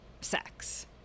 sex